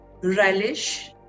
relish